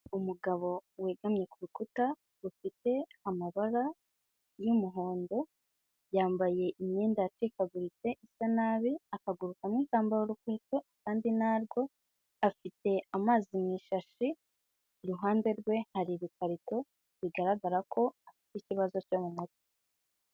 Umugabo wegamye ku rukuta rufite amabara y'umuhondo, yambaye imyenda yacikaguritse isa nabi, akaguru kamwe kambaye urukweto akandi ntarwo, afite amazi mu ishashi, iruhande rwe hari ibikarito bigaragara ko afite ikibazo cyo mu mutwe.